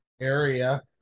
area